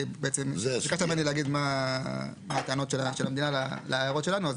בעצם ביקשת ממני להגיד מה הטענות של המדינה להערות שלנו.